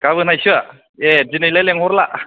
गामोनहायसो ए दिनैलाय लेंहरला